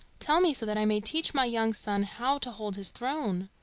tell me so that i may teach my young son how to hold his throne?